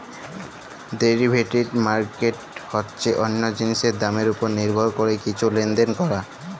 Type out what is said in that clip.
derivative market হছে অল্য জিলিসের দামের উপর লির্ভর ক্যরে কিছু লেলদেল ক্যরা